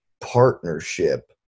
partnership